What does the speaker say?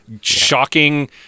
shocking